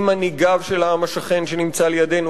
עם מנהיגיו של העם השכן שנמצא לידנו,